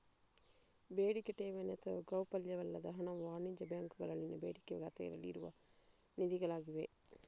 ಬೇಡಿಕೆ ಠೇವಣಿ ಅಥವಾ ಗೌಪ್ಯವಲ್ಲದ ಹಣವು ವಾಣಿಜ್ಯ ಬ್ಯಾಂಕುಗಳಲ್ಲಿನ ಬೇಡಿಕೆ ಖಾತೆಗಳಲ್ಲಿ ಇರುವ ನಿಧಿಗಳಾಗಿವೆ